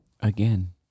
again